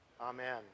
Amen